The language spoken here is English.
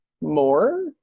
More